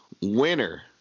winner